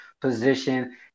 position